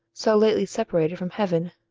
so lately separated from heaven,